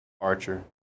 Archer